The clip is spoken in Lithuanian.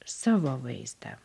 savo vaizdą